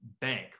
bank